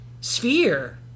sphere